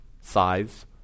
size